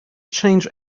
change